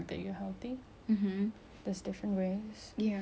some people will find like um the way you eat or